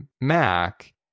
Mac